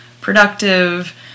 productive